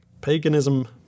Paganism